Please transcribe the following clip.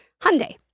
Hyundai